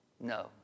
No